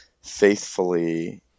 faithfully